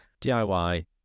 DIY